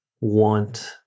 want